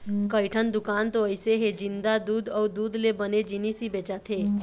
कइठन दुकान तो अइसे हे जिंहा दूद अउ दूद ले बने जिनिस ही बेचाथे